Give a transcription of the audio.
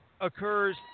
occurs